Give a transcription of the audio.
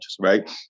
right